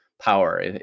power